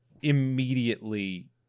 immediately